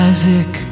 Isaac